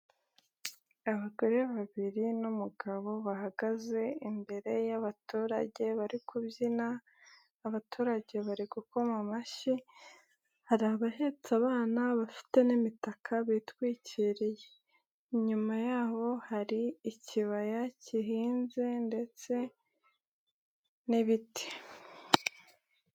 Abagore babiri n'umugabo bahagaze imbere y'abaturage bari kubyina. Abaturage bari gukoma amashyi, hari abahetse abana bafite n'imitaka bitwikiriye, inyuma yaho hari ikibaya kihinze ndetse n'ibiti